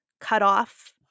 cutoff